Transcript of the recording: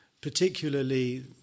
particularly